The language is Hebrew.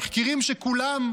תחקירים שכולם,